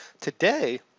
today